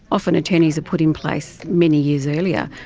often attorneys are put in place many years earlier,